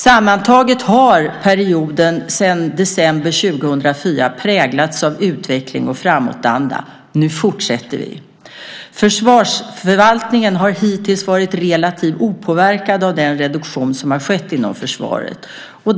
Sammantaget har perioden sedan december 2004 präglats av utveckling och framåtanda. Nu fortsätter vi. Försvarsförvaltningen har hittills varit relativt opåverkad av den reduktion som har skett inom försvaret.